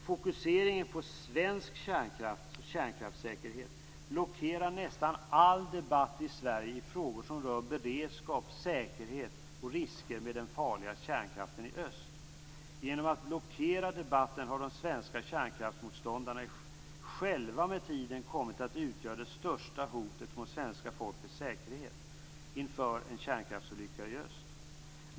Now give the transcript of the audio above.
Fokuseringen på svensk kärnkraftssäkerhet blockerar nästan all debatt i Sverige i frågor som rör beredskap, säkerhet och risker med den farliga kärnkraften i öst. Genom att blockera debatten har de svenska kärnkraftsmotståndarna själva med tiden kommit att utgöra det största hotet mot svenska folkets säkerhet inför en kärnkraftsolycka i öst.